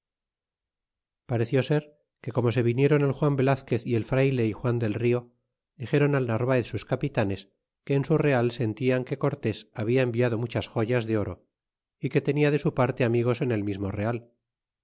narvaez despues que de allí salieron nuestros embazadores lazquez y el frayle é juan del rio dixeron al narvaez sus capitanes que en su real sentian pareció ser que como se vinieron el juan veque cortés habla enviado muchas joyas de oro y que tenia de su parte amigos en el mismo real